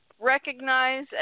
recognize